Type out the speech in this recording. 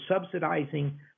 subsidizing